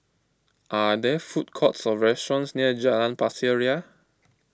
are there food courts or restaurants near Jalan Pasir Ria